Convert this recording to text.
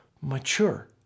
mature